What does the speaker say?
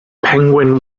penguin